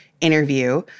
interview